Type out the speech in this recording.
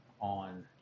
on